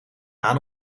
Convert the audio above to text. aan